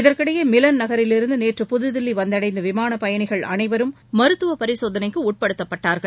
இதற்கிடையே மிலன் நகரிலிருந்து நேற்று புதுதில்லி வந்தடைந்த விமான பயணிகள் அனைவரும் மருத்துவ பரிசோதனைக்கு உட்படுத்தப்பட்டார்கள்